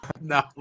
no